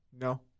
No